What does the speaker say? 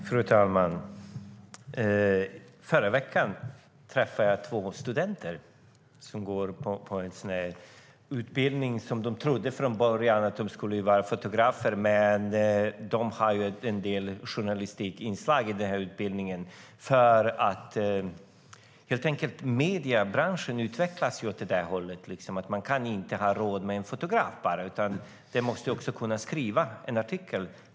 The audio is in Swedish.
Fru talman! Förra veckan träffade jag två studenter som går på en utbildning som de från början trodde var till fotograf, men det är en del journalistikinslag i utbildningen. Mediebranschens utveckling gör nämligen att man inte har råd med någon som bara är fotograf utan fotografen måste också kunna skriva en artikel.